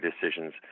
decisions